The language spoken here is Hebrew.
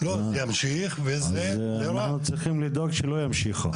אז אנחנו צריכים לדאוג שלא ימשיכו.